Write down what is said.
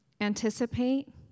anticipate